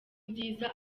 nziza